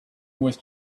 worth